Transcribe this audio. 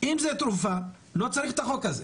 אם זאת תרופה לא צריך את החוק הזה.